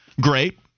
great